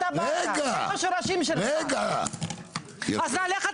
משהו לא נכון